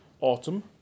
autumn